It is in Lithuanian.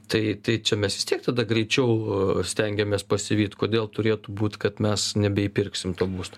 tai tai čia mes vis tiek tada greičiau stengiamės pasivyt kodėl turėtų būt kad mes nebeįpirksim to būsto